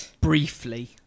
briefly